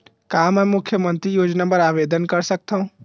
का मैं मुख्यमंतरी योजना बर आवेदन कर सकथव?